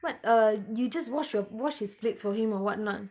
what uh you just wash your wash his plates for him or whatnot